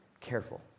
Careful